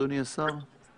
אדוני השר?